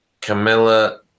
Camilla